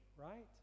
right